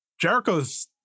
Jericho's